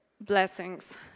Blessings